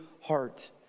heart